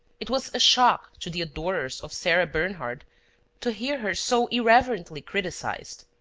it was a shock to the adorers of sarah bernhardt to hear her so irreverently criticised.